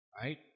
Right